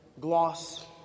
gloss